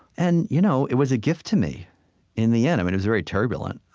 and you know it was a gift to me in the end. i mean, it was very turbulent,